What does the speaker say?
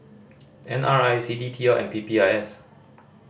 N R I C D T L and P P I S